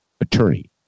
Attorney